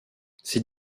ses